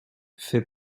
fit